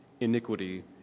iniquity